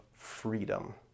freedom